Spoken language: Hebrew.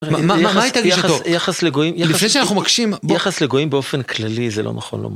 מה מה מה הייתה... יחס, יחס, יחס לגויים... לפני שאנחנו מקשים בוא... יחס לגויים באופן כללי זה לא נכון...